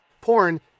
porn